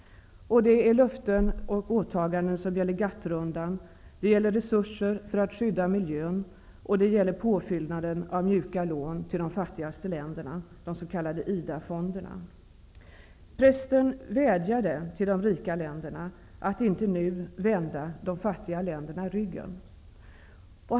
Det gäller GATT-rundan, det gäller resurser för att skydda miljön, och det gäller påfyllnaden av mjuka lån till de fattigaste länderna, de s.k. IDA-fonderna. Preston vädjade till de rika länderna att inte nu vända de fattiga länderna ryggen.